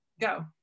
go